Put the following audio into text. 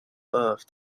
earth